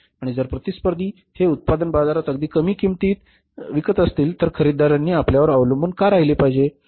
आणि जर प्रतिस्पर्धी हे उत्पादन बाजारात अगदी कमी किंमतीत किंवा कमी किंमतीला विकत असतील तर खरेदीदारांनी आपल्यावर अवलंबून का राहिले पाहिजे